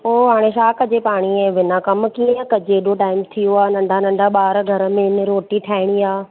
पोइ हाणे छा कजे पाणीअ जे बिना कमु कीअं कजे एॾो टाइम थियो आहे नंढा नंढा ॿार घर में इन रोटी ठाहिणी आहे